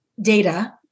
data